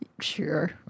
sure